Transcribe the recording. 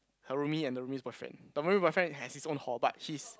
her roomie and the roomie's boyfriend the roomie's boyfriend has his own hall but his